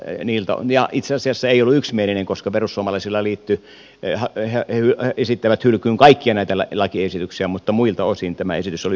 tässä valiokunta itse asiassa ei ollut yksimielinen koska perussuomalaiset esittävät hylkyyn kaikkia näitä lakiesityksiä mutta muilta osin tämä esitys oli yksimielinen